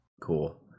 Cool